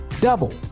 double